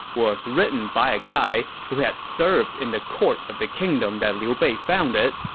was written by a guy who had served in the court of the kingdom that liu bei founded,